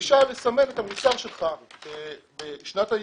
דרישה לסמן את המוצר שלך ואת שנת הייצור,